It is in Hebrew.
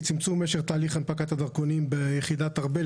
צמצום משך תהליך הנפקת הדרכונים ביחידת ארבל,